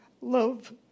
love